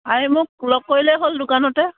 আহি মোক লগ কৰিলেই হ'ল দোকানতে